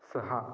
सहा